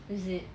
is it